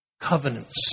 covenants